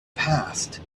past